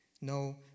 No